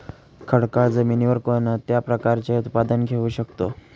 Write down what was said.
खडकाळ जमिनीवर कोणत्या प्रकारचे उत्पादन घेऊ शकतो?